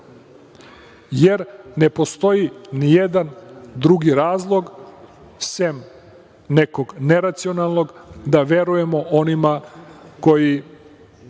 jer ne postoji ni jedan drugi razlog, sem nekog neracionalnog, da verujemo onima kojima